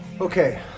okay